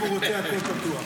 אם הוא רוצה הכול פתוח.